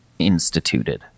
instituted